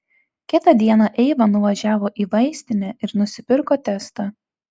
kitą dieną eiva nuvažiavo į vaistinę ir nusipirko testą